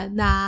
na